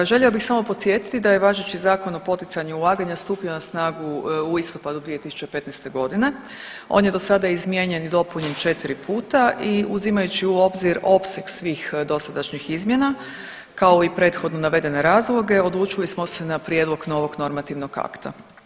Željela bih samo podsjetiti da je važeći Zakon o poticanju ulaganja stupio na snagu u listopadu 2015.g., on je do sada izmijenjen i dopunjen četiri puta i uzimajući u obzir opseg svih dosadašnjih izmjena kao i prethodno navedene razloge odlučili smo se na prijedlog novog normativnog akta.